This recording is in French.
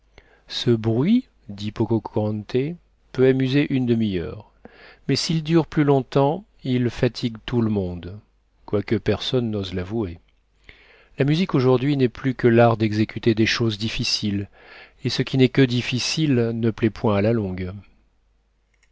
ce bruit dit pococurante peut amuser une demi-heure mais s'il dure plus long-temps il fatigue tout le monde quoique personne n'ose l'avouer la musique aujourd'hui n'est plus que l'art d'exécuter des choses difficiles et ce qui n'est que difficile ne plaît point à la longue